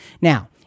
Now